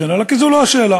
וכן הלאה, כי זו לא השאלה.